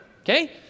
okay